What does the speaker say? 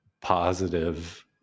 positive